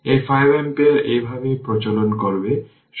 এই 5 অ্যাম্পিয়ার এভাবেই প্রচলন করবে